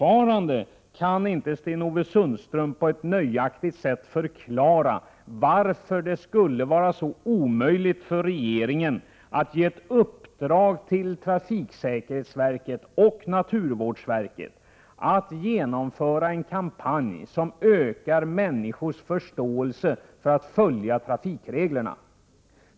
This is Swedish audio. Sten-Ove Sundström kan fortfarande inte på ett nöjaktigt sätt förklara varför det skulle vara så omöjligt för regeringen att till trafiksäkerhetsverket och naturvårdsverket ge ett uppdrag att genomföra en kampanj som ökar människors förståelse så att de följer trafikreglerna.